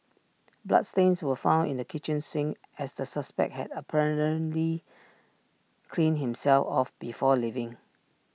bloodstains were found in the kitchen sink as the suspect had apparently cleaned himself off before leaving